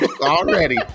Already